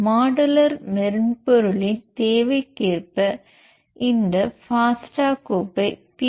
modeller மென்பொருளின் தேவைக்கேற்ப இந்த ஃபாஸ்டா கோப்பை பி